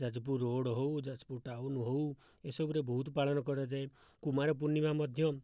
Jajpur road ହେଉ Jajpur town ହେଉ ଏସବୁରେ ବହୁତ ପାଳନ କରାଯାଏ କୁମାରପୂର୍ଣ୍ଣିମା ମଧ୍ୟ